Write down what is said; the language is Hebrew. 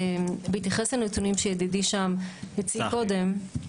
בהתייחס לנתונים שידידי הציג קודם,